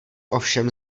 ovšem